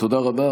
תודה רבה.